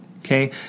Okay